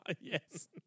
Yes